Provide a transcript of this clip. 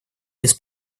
без